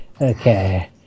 Okay